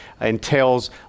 entails